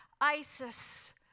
ISIS